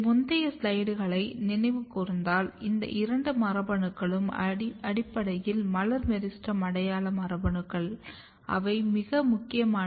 எனவே முந்தைய ஸ்லைடுகளை நினைவு கூர்ந்தால் இந்த இரண்டு மரபணுக்களும் அடிப்படையில் மலர் மெரிஸ்டெம் அடையாள மரபணுக்கள் அவை மிக முக்கியமான AP1 மற்றும் LEAFY ஆகும்